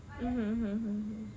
mm mm mm mm